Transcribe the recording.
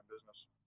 business